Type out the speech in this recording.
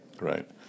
right